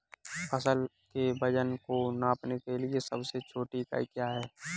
फसल के वजन को नापने के लिए सबसे छोटी इकाई क्या है?